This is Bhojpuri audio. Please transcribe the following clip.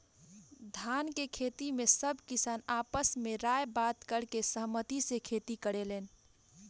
धान के खेती में सब किसान आपस में राय बात करके सहमती से खेती करेलेन